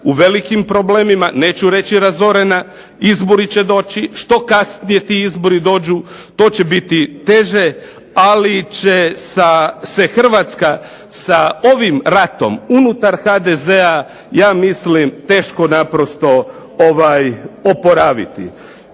u velikim problemima, neću reći razorena. Izbori će doći. Što kasnije ti izbori dođu to će biti teže, ali će se Hrvatska sa ovim ratom unutar HDZ-a ja mislim teško naprosto ovaj oporaviti.